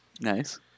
Nice